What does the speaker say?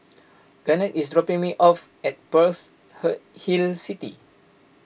Garnett is dropping me off at Pearl's Hill City